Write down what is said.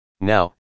Now